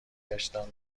گشتم